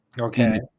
Okay